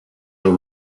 are